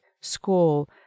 school